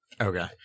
Okay